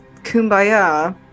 kumbaya